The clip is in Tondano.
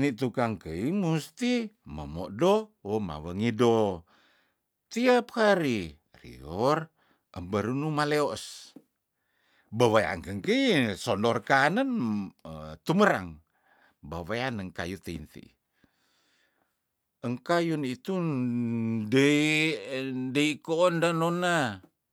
ni tukang kei musti memodo oh mawengido tiap hari rior eberunu maleos beweang engkekei sondor kanen em eh tumerang bawean neng kayu tiin tiih engkayun itu nde endeiko ondo nona